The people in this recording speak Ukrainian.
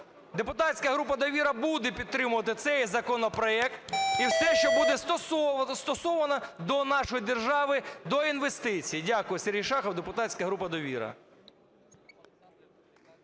Депутатська група "Довіра" буде підтримувати цей законопроект і все, що буде застосовано до нашої держави до інвестицій. Дякую. Сергій Шахов, депутатська група "Довіра".